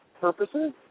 purposes